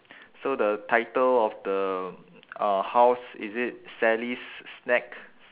so the title of the uh house is it sally's snacks